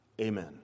amen